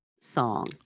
song